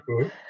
good